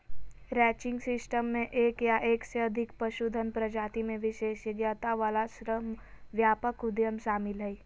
ranching system मे एक या एक से अधिक पशुधन प्रजाति मे विशेषज्ञता वला श्रमव्यापक उद्यम शामिल हय